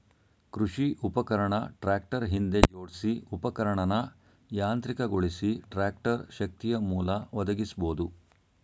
ಕೃಷಿ ಉಪಕರಣ ಟ್ರಾಕ್ಟರ್ ಹಿಂದೆ ಜೋಡ್ಸಿ ಉಪಕರಣನ ಯಾಂತ್ರಿಕಗೊಳಿಸಿ ಟ್ರಾಕ್ಟರ್ ಶಕ್ತಿಯಮೂಲ ಒದಗಿಸ್ಬೋದು